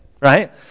right